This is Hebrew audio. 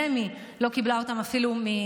רמ"י לא קיבלה אותם נקיים.